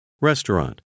restaurant